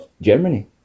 germany